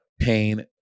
pain